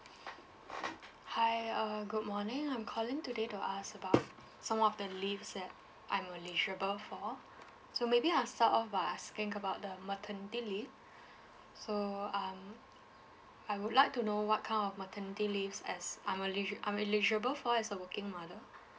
hi uh good morning I'm calling today to ask about some of the leaves that I'm eligible for so maybe I'll start off by asking about the maternity leave so um I would like to know what kind of maternity leaves as I'm elig~ I'm eligible for as a working mother